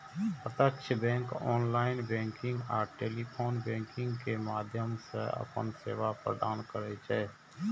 प्रत्यक्ष bank online banking आ telephone banking के माध्यम सं अपन सेवा प्रदान करै छै